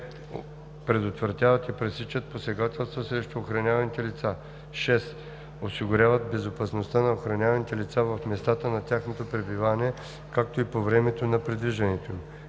5. предотвратяват и пресичат посегателства срещу охраняваните лица; 6. осигуряват безопасността на охраняваните лица в местата на тяхното пребиваване, както и по време на придвижването